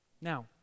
Now